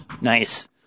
Nice